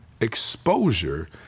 exposure